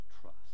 trust